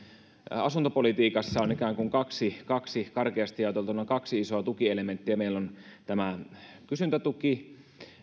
asuntopolitiikassa on ikään kuin kaksi kaksi karkeasti jaoteltuna isoa tukielementtiä meillä on tämä kysyntätuki